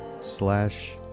slash